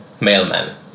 Mailman